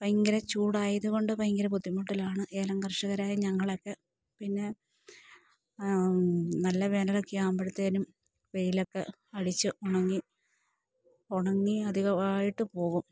ഭയങ്കര ചൂടായത് കൊണ്ട് ഭയങ്കര ബുദ്ധിമുട്ടിലാണ് ഏലം കർഷകരായ ഞങ്ങളൊക്കെ പിന്നെ നല്ല വേനലൊക്കെയാകുമ്പോഴ്ത്തേനും വെയിലൊക്കെ അടിച്ച് ഉണങ്ങി ഉണങ്ങി അധികമായിട്ട് പോകും